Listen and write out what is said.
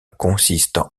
consiste